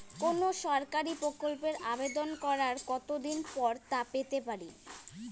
কোনো সরকারি প্রকল্পের আবেদন করার কত দিন পর তা পেতে পারি?